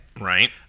Right